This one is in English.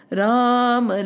Ram